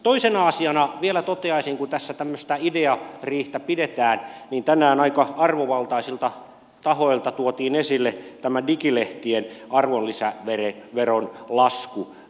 toisena asiana vielä toteaisin kun tässä tämmöistä ideariihtä pidetään että tänään aika arvovaltaisilta tahoilta tuotiin esille tämä digilehtien arvonlisäveron lasku